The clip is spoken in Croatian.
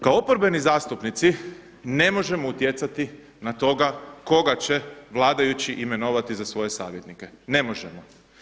Kao oporbeni zastupnici ne možemo utjecati na toga koga će vladajući imenovati za svoje savjetnike, ne možemo.